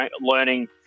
learning